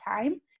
time